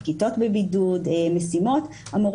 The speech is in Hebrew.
כיתות שלמות בבידוד ושהילדים מקבלים משימות למידה מרחוק,